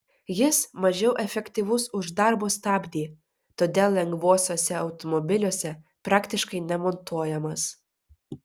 jis mažiau efektyvus už darbo stabdį todėl lengvuosiuose automobiliuose praktiškai nemontuojamas